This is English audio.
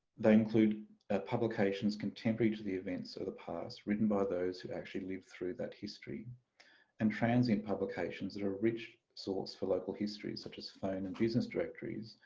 they include publications contemporary to the events of the past written by those who actually lived through that history and transient publications that are a rich source for local histories such as phone and business directories,